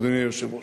אדוני היושב-ראש.